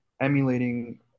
emulating